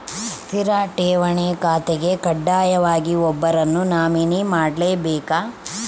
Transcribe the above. ಸ್ಥಿರ ಠೇವಣಿ ಖಾತೆಗೆ ಕಡ್ಡಾಯವಾಗಿ ಒಬ್ಬರನ್ನು ನಾಮಿನಿ ಮಾಡ್ಲೆಬೇಕ್